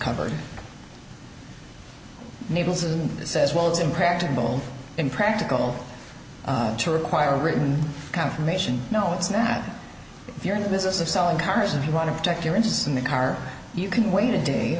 covered mabel's and says well it's impracticable impractical to require a written confirmation no it's not if you're in the business of selling cars if you want to protect your interest in the car you can wait a day